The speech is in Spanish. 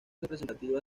representativa